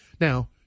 Now